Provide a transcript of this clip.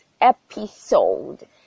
episode